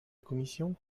commission